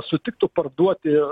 sutiktų parduoti